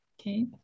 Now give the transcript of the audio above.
Okay